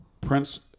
Prince